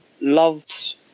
loved